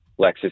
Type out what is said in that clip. lexus